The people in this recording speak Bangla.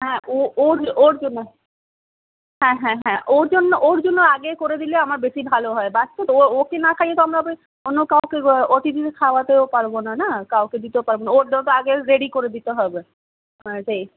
হ্যাঁ ওর ওর জন্য হ্যাঁ হ্যাঁ হ্যাঁ ওর জন্য ওর জন্য আগে করে দিলে আমার বেশি ভালো হয় বাচ্চা তো ওকে না খাইয়ে তো আমরা ওকে অন্য কাউকে অতিথিকে খাওয়াতেও পারবো না না কাউকে দিতেও পারবো না ওরটা তো আগে রেডি করে দিতে হবে হ্যাঁ সেই